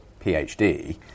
PhD